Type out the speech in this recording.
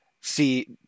see